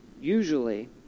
Usually